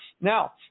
Now